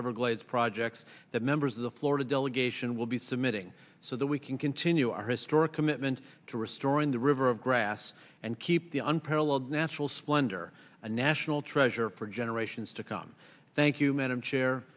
everglades projects that members of the florida delegation will be submitting so that we can continue our historic commitment to restoring the river of grass and keep the unparalleled natural splendor a national treasure for generations to come thank you madam chair